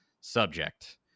subject